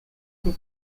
des